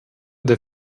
der